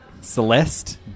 Celeste